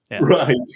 Right